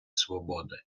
свободи